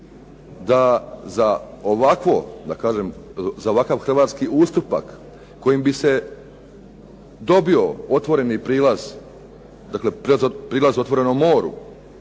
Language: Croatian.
da za ovakav hrvatski ustupak kojim bi se dobio otvoreni prilaz, dakle prilaz otvorenom moru